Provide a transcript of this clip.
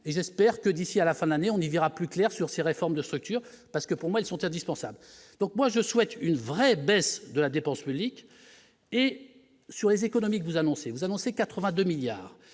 et j'espère que d'ici à la fin de l'année, on y verra plus clair sur ces réformes de structure, parce que pour moi, ils sont indispensables, donc moi je souhaite une vraie baisse de la dépense publique et sur les économies que vous annoncez, vous annoncez 82 milliards